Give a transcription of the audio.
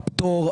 הפטור,